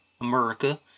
America